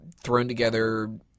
thrown-together